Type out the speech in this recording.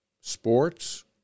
sports